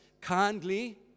kindly